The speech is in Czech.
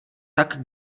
tak